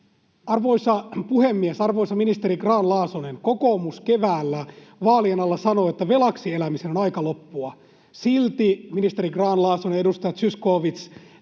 Arvoisa puhemies! Arvoisa ministeri Grahn-Laasonen, kokoomus keväällä vaalien alla sanoi, että velaksi elämisen on aika loppua. Silti, ministeri Grahn-Laasonen ja edustaja Zyskowicz,